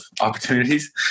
opportunities